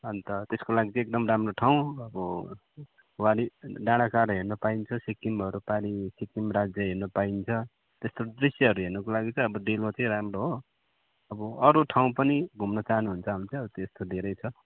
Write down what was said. अन्त त्यसको लागि चाहिँ एकदम राम्रो ठाउँ अब वारि डाँडा काँडा हेर्न पाइन्छ सिक्किमहरू पारि सिक्किम राज्य हेर्न पाइन्छ त्यस्तो दृश्यहरू हेर्नुको लागि चाहिँ अब डेलो चाहिँ राम्रो हो अब अरू ठाउँ पनि घुम्नु चाहनुहुन्छ भने चाहिँ अब त्यस्तो धेरै छ